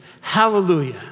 Hallelujah